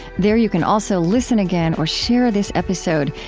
there you can also listen again or share this episode.